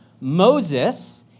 Moses